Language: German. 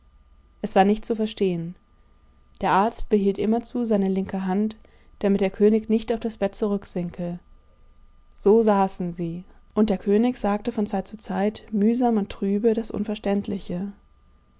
es war nicht zu verstehen der arzt behielt immerzu seine linke hand damit der könig nicht auf das bett zurücksinke so saßen sie und der könig sagte von zeit zu zeit mühsam und trübe das unverständliche